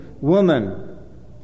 woman